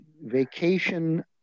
vacation